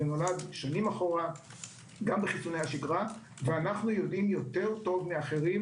שנים אחורה גם בחיסוני השגרה ואנחנו יודעים טוב מאחרים,